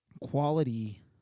quality